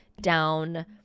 down